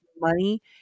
money